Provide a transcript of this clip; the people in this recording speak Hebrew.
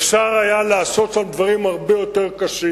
אפשר היה לעשות שם דברים הרבה יותר קשים.